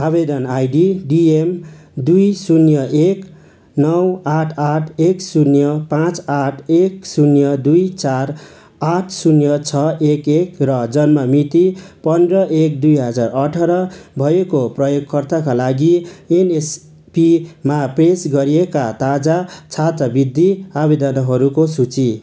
आवेदन ID DM दुई शून्य एक नौ आठ आठ एक शून्य पाँच आठ एक शून्य दुई चार आठ शून्य छ एक एक र जन्म मिति पन्ध्र एक दुई हजार अठार भएको प्रयोग कर्ताका लागि एनएसपिमा पेस गरिएका ताजा छात्रवृत्ति आवेदाताहरूको सूची